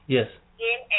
Yes